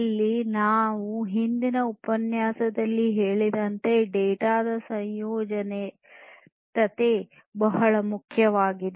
ಅಲ್ಲಿ ನಾವು ಹಿಂದಿನ ಉಪನ್ಯಾಸದಲ್ಲಿ ಹೇಳಿದಂತೆ ಡೇಟಾದ ಸಮಯೋಚಿತತೆ ಬಹಳ ಮುಖ್ಯವಾಗಿದೆ